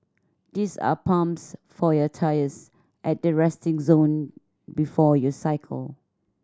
these are pumps for your tyres at the resting zone before you cycle